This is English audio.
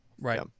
right